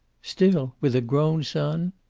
still? with a grown son?